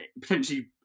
potentially